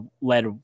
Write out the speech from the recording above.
led